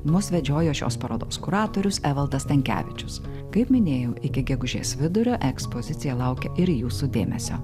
mus vedžiojo šios parodos kuratorius evaldas stankevičius kaip minėjau iki gegužės vidurio ekspozicija laukia ir jūsų dėmesio